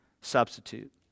substitute